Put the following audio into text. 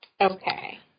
Okay